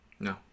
No